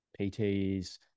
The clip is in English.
pts